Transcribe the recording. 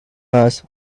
mass